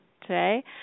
today